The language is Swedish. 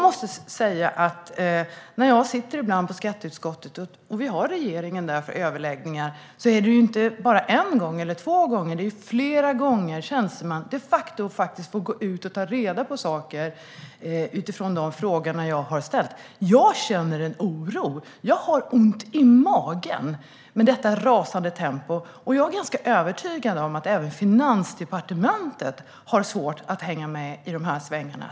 Flera gånger i skatteutskottet när vi har haft regeringen där för överläggningar har tjänstemän fått gå ut för att ta reda på saker utifrån de frågor som jag har ställt. Jag känner en oro. Jag har ont i magen på grund av detta rasande tempo. Jag är ganska övertygad om att även Finansdepartementet har svårt att hänga med i de här svängarna.